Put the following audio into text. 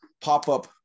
pop-up